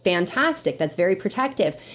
fantastic. that's very protective.